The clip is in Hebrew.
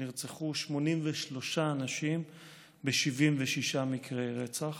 83 אנשים ב-76 מקרי רצח,